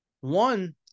One